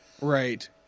Right